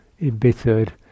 embittered